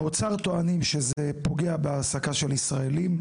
האוצר טוען שזה פוגע בהעסקה של ישראלים.